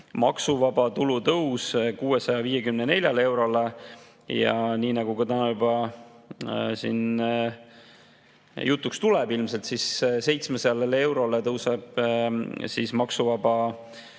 maksuvaba tulu tõus 654 eurole – ja nii nagu ka täna juba siin jutuks tuleb ilmselt, siis tõuseb maksuvaba